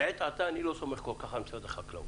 לעת עתה אני לא סומך כל כך על משרד החקלאות.